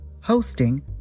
hosting